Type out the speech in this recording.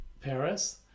Paris